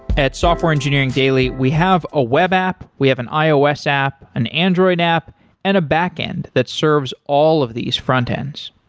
at software engineering daily, we have a web app, we have an ios app, an android app and a back-end that serves all of these frontends.